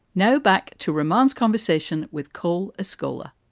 now back to remands conversation with cole escola